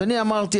מחשבים.